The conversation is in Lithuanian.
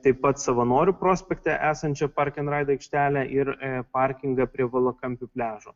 taip pat savanorių prospekte esančią park and ride aikštelę ir parkingą prie valakampių pliažo